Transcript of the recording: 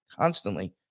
constantly